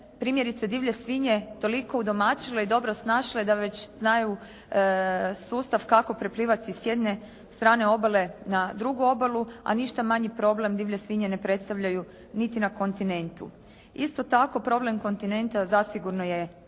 primjerice divlje svinje toliko udomaćile i dobro snašle da već znaju sustav kako preplivati s jedne strane obale na drugu obalu, a ništa manji problem divlje svinje ne predstavljaju niti na kontinentu. Isto tako problem kontinenta zasigurno je